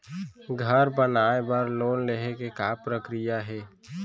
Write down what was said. घर बनाये बर लोन लेहे के का प्रक्रिया हे?